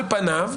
כרגע,